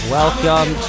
welcome